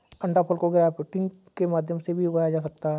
अंडाफल को ग्राफ्टिंग के माध्यम से भी उगाया जा सकता है